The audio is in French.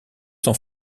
sans